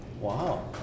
Wow